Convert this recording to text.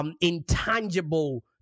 intangible